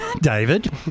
David